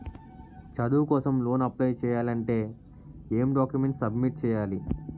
చదువు కోసం loan apply చేయాలి అంటే ఎం డాక్యుమెంట్స్ సబ్మిట్ చేయాలి?